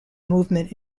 movement